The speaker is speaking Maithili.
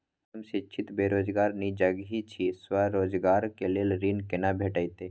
हम शिक्षित बेरोजगार निजगही छी, स्वरोजगार के लेल ऋण केना भेटतै?